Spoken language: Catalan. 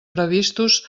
previstos